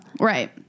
Right